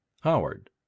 Howard